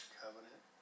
covenant